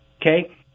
Okay